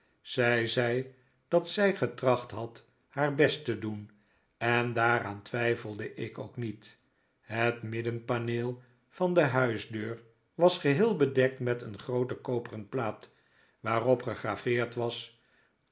zij zei dat zij getracht had haar best te doen en daaraan twijfel ik ook niet het middenpaneel van de huisdeur was geheel bedekt met een groote koperen plaat waarop gegraveerd was